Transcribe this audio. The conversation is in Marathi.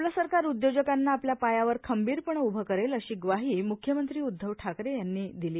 आपलं सरकार उद्योजकांना आपल्या पायावर खंबीरपणे उभं करेल अशी ग्वाही मुख्यमंत्री उद्धव ठाकरे यांनी दिली